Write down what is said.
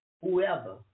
whoever